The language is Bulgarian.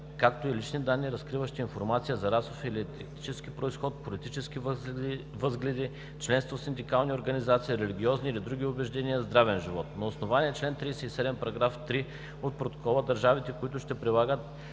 както и лични данни, разкриващи информация за расов или етнически произход, политически възгледи, членство в синдикални организации, религиозни или други убеждения, здравен живот. На основание чл. 37, параграф 3 от Протокола държавите, които ще прилагат